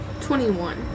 Twenty-one